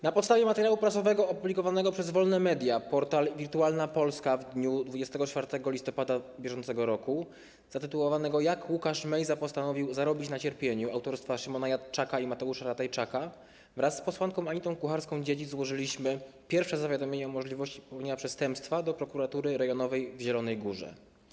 Na podstawie materiału prasowego opublikowanego przez wolne media, portal Wirtualna Polska, w dniu 24 listopada br., zatytułowanego „Jak Łukasz Mejza postanowił zarobić na cierpieniu”, autorstwa Szymona Jadczaka i Mateusza Ratajczaka wraz z posłanką Anitą Kucharską-Dziedzic złożyliśmy pierwsze zawiadomienie o możliwości popełnienia przestępstwa do prokuratury rejonowej w Zielonej Górze.